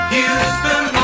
Houston